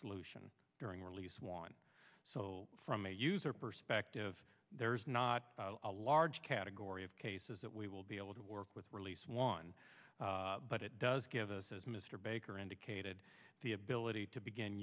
solution during release one so from a user perspective there's not a large category of cases that we will be able to work with release one but it does give us as mr baker indicated the ability to begin